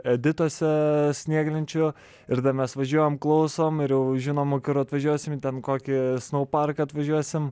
edituose snieglenčių ir mes važiuojam klausom ir jau žinom kur atvažiuosim į ten kokį parką atvažiuosim